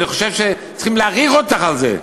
אני חושב שצריכים להעריך אותך על זה,